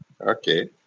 Okay